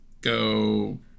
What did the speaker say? go